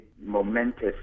momentous